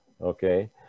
okay